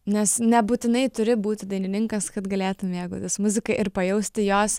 nes nebūtinai turi būti dainininkas kad galėtum mėgautis muzika ir pajausti jos